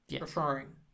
referring